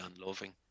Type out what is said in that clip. unloving